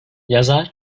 yazar